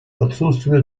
отсутствие